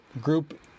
group